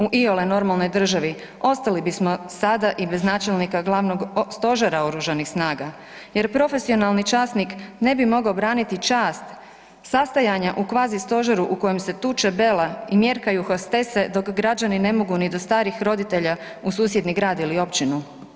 U iole normalnoj državi ostali bismo sada i bez načelnika Glavnog stožera Oružanih snaga jer profesionalni časnik ne bi mogao braniti čast sastajanja u kvazi stožeru u kojem se tuče bela i mjerkaju hostese dok građani ne mogu ni do starih roditelja u susjedni grad ili općinu.